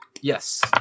Yes